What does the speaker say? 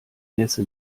nässe